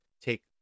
take